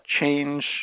change